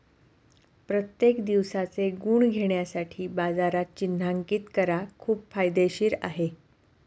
प्रत्येक दिवसाचे गुण घेण्यासाठी बाजारात चिन्हांकित करा खूप फायदेशीर आहे